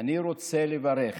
אני רוצה לברך